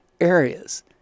areas